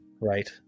Right